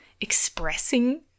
expressing